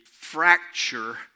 fracture